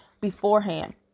beforehand